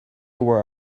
were